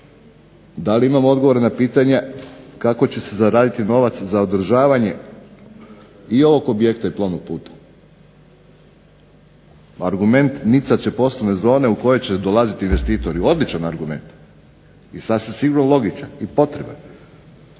Da li imamo odgovore na pitanja kako će se zaraditi novac za održavanje i ovog objekta i plovnog puta? Argument nicat će poslovne zone u koje će dolaziti investitori. Odličan argument i sasvim sigurno logičan i potreban,